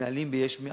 מתנהלים ב"יש מאין",